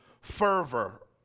fervor